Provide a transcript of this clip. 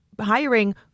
hiring